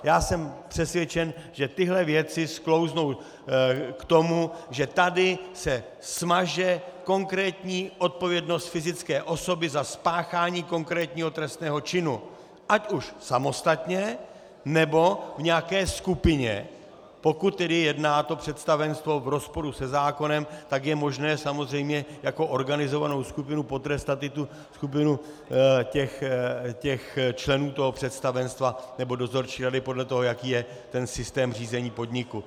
Já jsem přesvědčen, že tyhle věci sklouznou k tomu, že tady se smaže konkrétní odpovědnost fyzické osoby za spáchání konkrétního trestného činu, ať už samostatně, nebo v nějaké skupině, pokud tedy jedná to představenstvo v rozporu se zákonem, tak je možné samozřejmě jako organizovanou skupinu potrestat i tu skupinu členů představenstva nebo dozorčí rady, podle toho, jaký je systém řízení podniku.